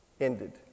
ended